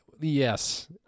Yes